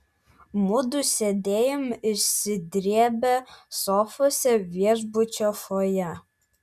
mudu sėdėjom išsidrėbę sofose viešbučio fojė